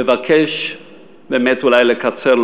מבקש באמת לקצר,